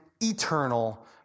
eternal